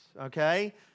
okay